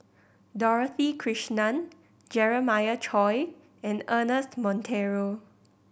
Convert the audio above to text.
Dorothy Krishnan Jeremiah Choy and Ernest Monteiro